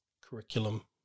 curriculum